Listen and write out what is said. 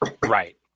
Right